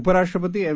उपराष्ट्रपती एम